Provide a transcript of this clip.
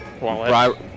Wallet